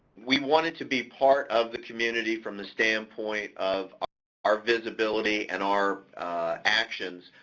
we wanted to be part of the community from the standpoint of our visibility and our actions.